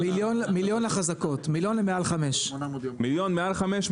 מיליון מעל חמש.